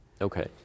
Okay